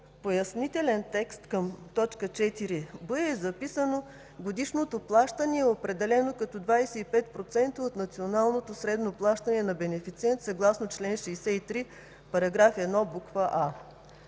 пояснителен текст към т. 4б, е записано: „Годишното плащане е определено като 25% от националното средно плащане на бенефициент, съгласно чл. 63, § 1, буква